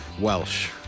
Welsh